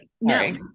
No